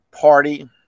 party